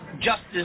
justice